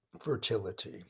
fertility